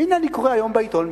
והנה אני קורא היום בעיתון,